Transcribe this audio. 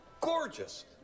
gorgeous